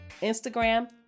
Instagram